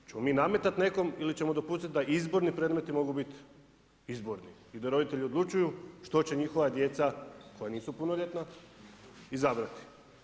Hoćemo li mi nametati nekome ili ćemo dopustiti da izborni predmeti mogu biti izborni i da roditelji odlučuju što će njihova djeca koja nisu punoljetna izabrati?